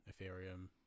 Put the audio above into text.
Ethereum